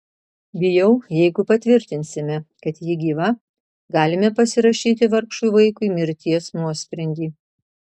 bijau jeigu patvirtinsime kad ji gyva galime pasirašyti vargšui vaikui mirties nuosprendį